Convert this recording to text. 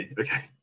okay